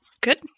good